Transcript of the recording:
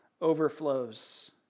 overflows